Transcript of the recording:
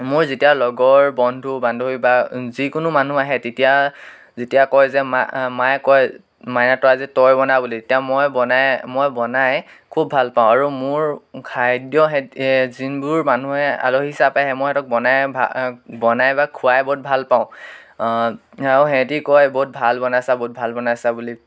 মোৰ যেতিয়া লগৰ বন্ধু বান্ধৱী বা যিকোনো মানুহ আহে তেতিয়া যেতিয়া কয় যে মা মায়ে কয় মাইনা তই আজি তই বনা বুলি তেতিয়া মই বনাই মই বনাই খুব ভাল পাওঁ আৰু মোৰ খাদ্য যোনবোৰ মানুহে আলহী হিচাপে আহে মই সিহঁতক বনাই বনাই বা খোৱাই বহুত ভাল পাওঁ আৰু সিহঁতি কয় বহুত ভাল বনাইছা বহুত ভাল বনাইছা বুলি